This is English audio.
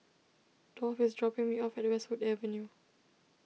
Dolph is dropping me off at Westwood Avenue